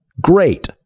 Great